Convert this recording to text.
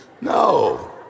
no